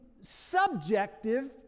subjective